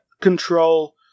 control